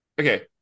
Okay